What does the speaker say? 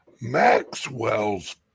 Maxwell's